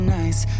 nice